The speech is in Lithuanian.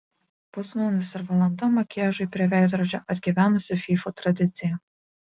pusvalandis ir valanda makiažui prie veidrodžio atgyvenusi fyfų tradicija